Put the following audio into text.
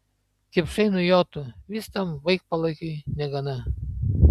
kipšai nujotų vis tam vaikpalaikiui negana